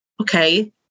okay